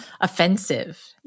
offensive